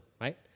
right